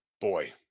Boy